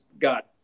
got